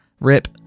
RIP